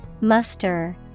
Muster